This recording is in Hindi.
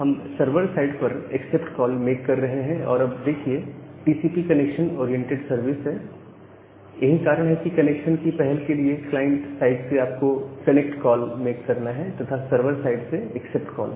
हम सर्वर साइड पर एक्सेप्ट कॉल मेक कर रहे हैं अब देखिए टीसीपी कनेक्शन ओरिएंटेड सर्विस है यही कारण है कि कनेक्शन की पहल के लिए क्लाइंट साइड से आपको कनेक्ट कॉल मेक करना है तथा सर्वर साइड से एक्सेप्ट कॉल